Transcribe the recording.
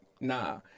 nah